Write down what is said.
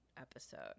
episode